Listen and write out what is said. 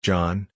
John